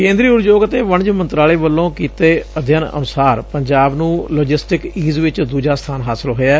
ਕੇਂਦਰੀ ਉਦਯੋਗ ਅਤੇ ਵਣਜ ਮੰਤਰਾਲੇ ਵੱਲੋਂ ਕੀਤੇ ਅਧਿਐਨ ਅਨੁਸਾਰ ਪੰਜਾਬ ਨੂੰ ਲੌਜ਼ਿਸਟਿਕ ਈਜ਼ ਵਿੱਚ ਦੁਜਾ ਸਬਾਨ ਹਾਸਲ ਹੋਇਐ